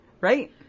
Right